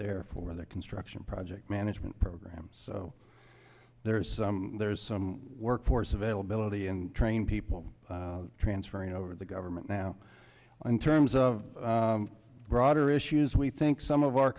there for their construction project management programs so there's some there's some workforce availability and training people transferring over the government now in terms of broader issues we think some of our